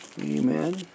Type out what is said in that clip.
Amen